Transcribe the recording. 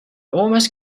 almost